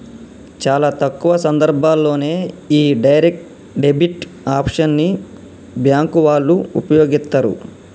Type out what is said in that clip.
చాలా తక్కువ సందర్భాల్లోనే యీ డైరెక్ట్ డెబిట్ ఆప్షన్ ని బ్యేంకు వాళ్ళు వుపయోగిత్తరు